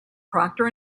procter